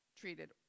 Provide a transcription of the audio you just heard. treated